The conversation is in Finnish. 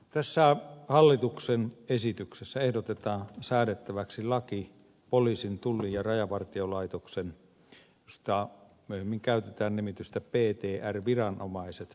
tässä hallituksen esityksessä ehdotetaan säädettäväksi laki poliisin tullin ja rajavartiolaitoksen joista myöhemmin käytetään nimitystä ptr viranomaiset yhteistoiminnasta